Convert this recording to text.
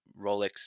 Rolex